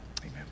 amen